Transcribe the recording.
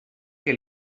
que